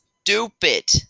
stupid